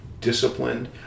disciplined